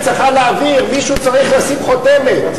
מישהו צריך לשים חותמת.